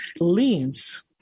leans